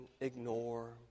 ignore